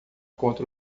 contra